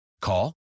Call